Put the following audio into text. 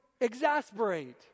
exasperate